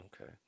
Okay